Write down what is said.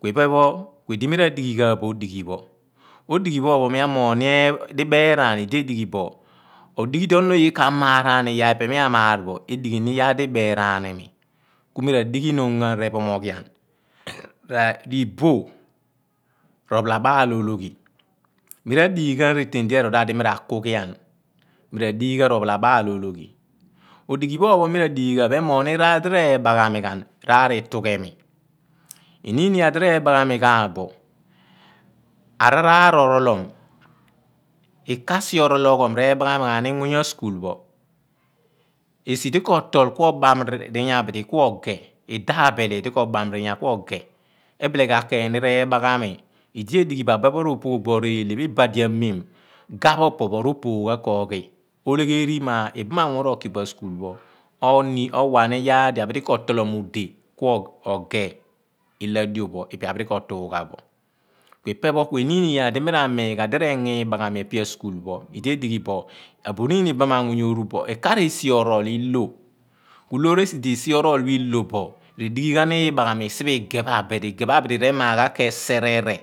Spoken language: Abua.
Kui̱phon pho kuidi mira dighi ghan bo odighi pho odighi pho o pho mia moogh mi ibeeran idiedighibo oḏighi di enoon oye kaa mear aani iyaar pho epe pho mea maar bo odighi mi iyaar di ibeeraan imi kum radi ghi nom ghan rephoomoghian r'iboh ropholabaal ologhi miradighan reeteen di erool mu da diomiraku ghan miraḏighi ghaan r̀ophalabaal ologhi odighi pho pho miradighi ghaa bo emoogh ni r'aar itughemi eniin iyaar di r'eema ghamighaa bo araaraar orolohom. Ikasi orolom rebaghami ghaani muny a school pho osidi kotool kuobam miiya abidi kuogheer idaabili di kobam riinya abidi kuogeh ebileteeyn nire r'ee̱baghaami idiedighi bo abuphe pho r'opoogh ḇo eelhe pho ibadi amem, gha̱pho opopho r'opooghan kooghi oleghe ri mo ibaam amuny pho rokibo a school o need, owha̱ ni iyaar di abidi kotolom udeh kuoghe illoh adio pho ipe a bidi ko tuagha bo ipepho ku eniin iyaar di mi r`echighi ghaan libaaghami siphe pho̱ ige pho abidi. Igeeh pho abidi re maar ghan ke serere